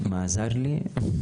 מה עזר לי?